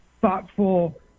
thoughtful